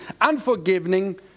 unforgiving